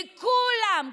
לכולם,